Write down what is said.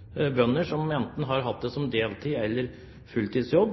som har vært bønder enten på deltid eller på fulltid,